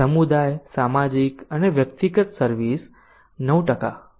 સમુદાય સામાજિક અને વ્યક્તિગત સર્વિસ 9